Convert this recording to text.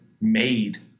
made